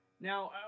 now